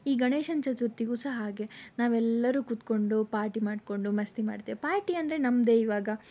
ಈ ಗಣೇಶನ ಚತುರ್ಥಿಗೂ ಸಹ ಹಾಗೆ ನಾವೆಲ್ಲರೂ ಕೂತ್ಕೊಂಡು ಪಾರ್ಟಿ ಮಾಡಿಕೊಂಡು ಮಸ್ತಿ ಮಾಡ್ತೇವೆ ಪಾರ್ಟಿ ಅಂದರೆ ನಮ್ಮದೇ ಇವಾಗ